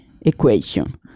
equation